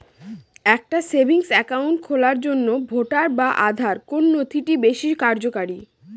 একটা savings account খোলার জন্য ভোটার বা আধার কোন নথিটি বেশী কার্যকরী?